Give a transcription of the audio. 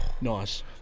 Nice